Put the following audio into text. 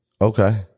Okay